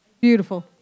Beautiful